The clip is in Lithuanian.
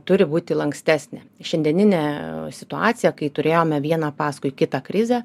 turi būti lankstesnė šiandieninė situacija kai turėjome vieną paskui kitą krizę